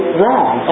wrong